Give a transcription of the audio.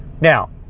Now